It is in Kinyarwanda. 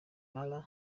mara